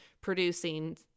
producing